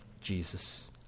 Jesus